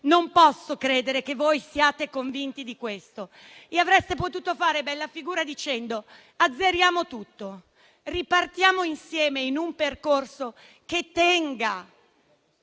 Non posso credere che siate convinti di questo. Avreste potuto fare bella figura dicendo: azzeriamo tutto, ripartiamo insieme in un percorso che tenga